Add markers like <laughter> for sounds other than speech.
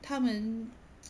他们 <noise>